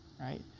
right